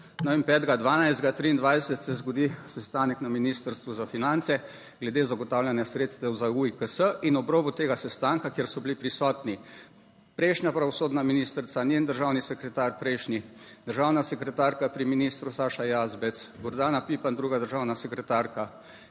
5. 12. 2023, se zgodi sestanek na Ministrstvu za finance glede zagotavljanja sredstev za UIKS in ob robu tega sestanka, kjer so bili prisotni prejšnja pravosodna ministrica, njen državni sekretar, prejšnji državna sekretarka pri ministru Saša Jazbec, Gordana Pipan, druga državna sekretarka,